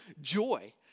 joy